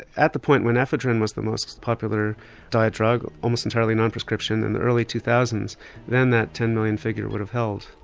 at at the point where ephedrine was the most popular diet drug, almost entirely non-prescription in the early two thousand then that ten million figure would have held.